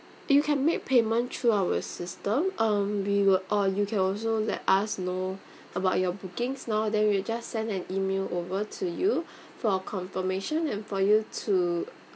you can make payment through our system um we will or you can also let us know about your bookings now then we'll just send an email over to you for confirmation and for you to